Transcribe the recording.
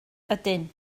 ydyn